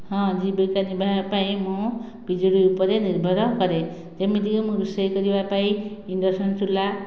ହଁ ଜୀବିକା ନିର୍ବାହ ପାଇଁ ମୁଁ ବିଜୁଳି ଉପରେ ନିର୍ଭର କରେ ଯେମିତିକି ମୁଁ ରୋଷେଇ କରିବା ପାଇଁ ଇଣ୍ଡକ୍ସନ୍ ଚୁଲା